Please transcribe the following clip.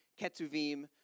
Ketuvim